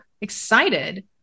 excited